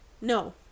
no